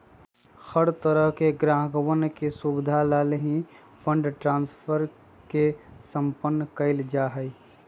हर तरह से ग्राहकवन के सुविधा लाल ही फंड ट्रांस्फर के सम्पन्न कइल जा हई